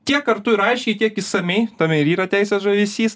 tiek kartu ir aiškiai tiek išsamiai tame ir yra teisės žavesys